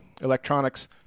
electronics